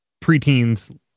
preteens